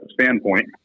standpoint